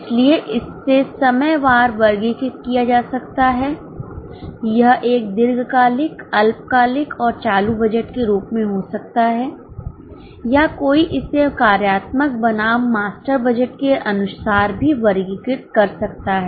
इसलिए इससे समय वार वर्गीकृत किया जा सकता है यह एक दीर्घकालिक अल्पकालिक और चालू बजट के रूप में हो सकता है या कोई इसे कार्यात्मक बनाम मास्टर बजट के अनुसार भी वर्गीकृत कर सकता है